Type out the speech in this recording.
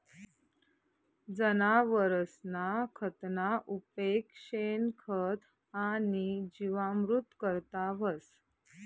जनावरसना खतना उपेग शेणखत आणि जीवामृत करता व्हस